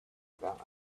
about